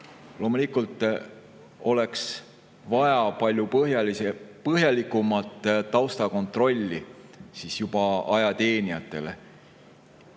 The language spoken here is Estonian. Loomulikult oleks vaja palju põhjalikumat taustakontrolli juba ajateenijatele.